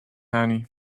annie